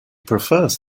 prefers